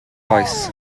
oes